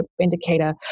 indicator